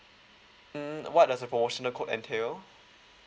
mm what does the promotional called entail